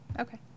okay